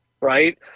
right